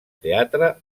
teatre